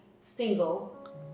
single